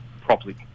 properly